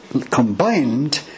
combined